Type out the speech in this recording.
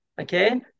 Okay